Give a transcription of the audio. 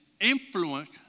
influence